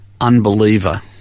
unbeliever